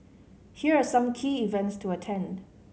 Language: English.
here are some key events to attend